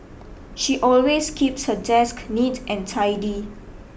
she always keeps her desk neat and tidy